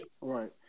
right